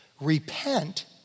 Repent